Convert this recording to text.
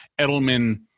Edelman